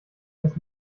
das